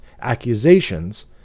accusations